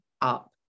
up